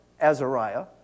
Azariah